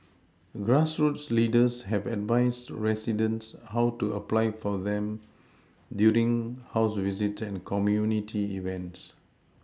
grassroots leaders have advised residents how to apply for them during house visits and community events